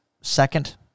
second